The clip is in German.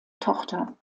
tochter